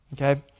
Okay